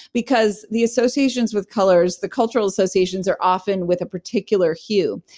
because, the associations with colors, the cultural associations are often with a particular hue.